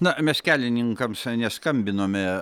na mes kelininkams neskambinome